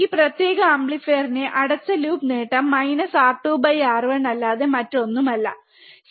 ഈ പ്രത്യേക ആംപ്ലിഫയറിന്റെ അടച്ച ലൂപ്പ് നേട്ടം R2 R1 അല്ലാതെ മറ്റൊന്നുമല്ല ശരിയാണ്